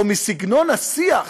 או מסגנון השיח